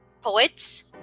poets